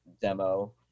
demo